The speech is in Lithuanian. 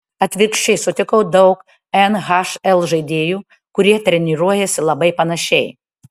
atvirkščiai sutikau daug nhl žaidėjų kurie treniruojasi labai panašiai